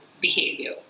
behavior